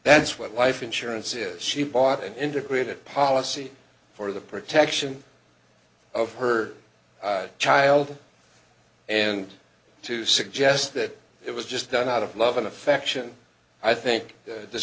that's what life insurance is she bought an integrated policy for the protection of her child and to suggest that it was just done out of love and affection i think